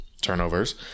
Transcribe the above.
turnovers